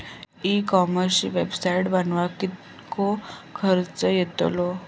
E कॉमर्सची website बनवक किततो खर्च येतलो?